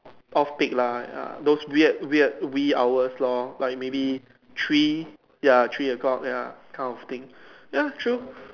off peak lah ya those weird weird wee hours lor like maybe three ya three o'clock ya kind of thing ya true